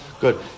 Good